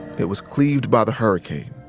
it was cleaved by the hurricane,